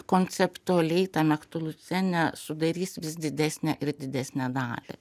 konceptualiai tam chtulucene sudarys vis didesnę ir didesnę dalį